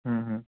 হুম হুম